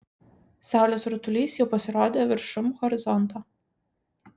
saulės rutulys jau pasirodė viršum horizonto